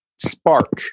spark